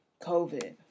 COVID